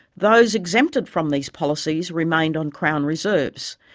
those exempted from these policies remained on crown reserves,